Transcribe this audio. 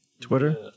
Twitter